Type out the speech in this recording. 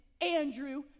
Andrew